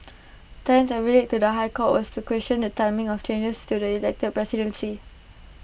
Tan's affidavit to the High Court was to question the timing of changes to the elected presidency